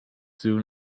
soon